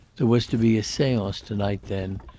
there was to be a seance to-night, then,